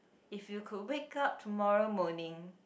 if you could wake up tomorrow morning